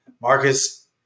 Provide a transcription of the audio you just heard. Marcus